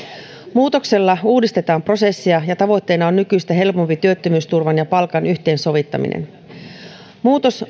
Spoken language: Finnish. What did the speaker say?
muutoksella uudistetaan prosessia ja tavoitteena on nykyistä helpompi työttömyysturvan ja palkan yhteensovittaminen muutos